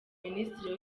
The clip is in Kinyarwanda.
minisitiri